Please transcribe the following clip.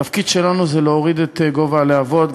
התפקיד שלנו זה להוריד את גובה הלהבות.